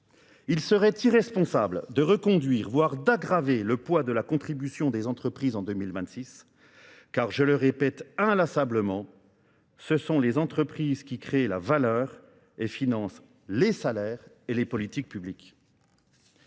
Il serait irresponsable de reconduire voire d'aggraver le poids de la contribution des entreprises en 2026, car, je le répète inlassablement, ce sont les entreprises qui créent la valeur et financent les salaires et les politiques publiques.